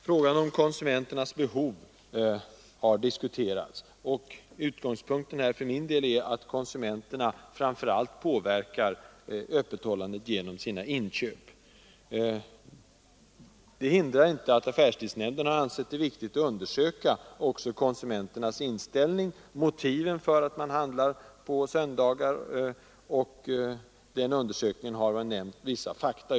Frågan om konsumenternas behov har diskuterats. Utgångspunkten är för min del att konsumenterna framför allt påverkar öppethållandet genom sina inköp. Det hindrar inte att affärstidsnämnden har ansett det viktigt att undersöka också konsumenternas inställning och motivet för att de handlar på söndagar. Ur den undersökningen har man här nämnt vissa fakta.